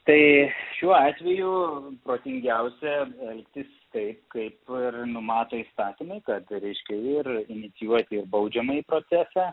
tai šiuo atveju protingiausia elgtis taip kaip ir numato įstatymai ka reiškia ir inicijuoti ir baudžiamąjį procesą